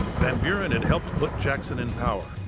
van buren had helped put jackson in power,